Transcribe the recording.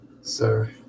sir